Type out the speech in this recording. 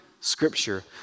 Scripture